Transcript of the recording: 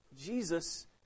Jesus